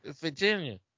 Virginia